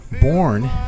born